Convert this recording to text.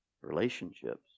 Relationships